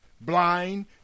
Blind